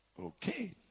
Okay